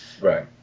Right